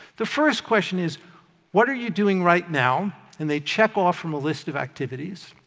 the first question is what are you doing right now? and they check off from a list of activities.